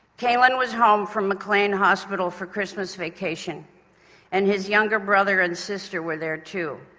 calen was home from maclean hospital for christmas vacation and his younger brother and sister were there too.